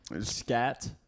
Scat